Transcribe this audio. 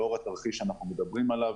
לאור התרחיש שאנחנו מדברים עליו,